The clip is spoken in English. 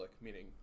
meaning